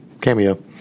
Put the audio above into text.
cameo